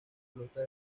pelota